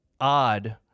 odd